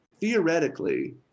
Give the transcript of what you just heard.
theoretically